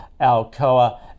Alcoa